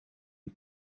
you